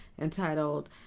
entitled